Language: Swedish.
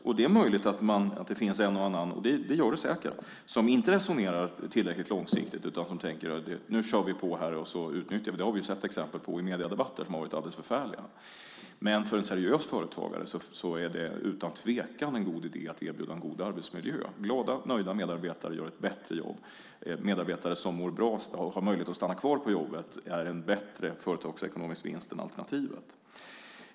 Och det är möjligt att det finns en och annan - det gör det säkert - som inte resonerar tillräckligt långsiktigt utan tänker att nu kör vi på här och utnyttjar situationen. Vi har i mediedebatter sett exempel på det som har varit alldeles förfärliga. Men för en seriös företagare är det utan tvekan en god idé att erbjuda en god arbetsmiljö. Glada och nöjda medarbetare gör ett bättre jobb. Medarbetare som mår bra ska ha möjlighet att stanna kvar på jobbet. Det är en bättre företagsekonomisk vinst än alternativet.